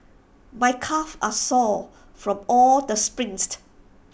my calves are sore from all the sprints